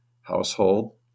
household